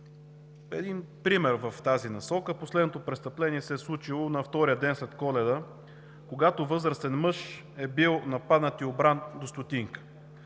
Един пример в тази насока. Последното престъпление се е случило на втория ден след Коледа, когато възрастен мъж е бил нападнат и обран до стотинка.